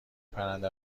پرنده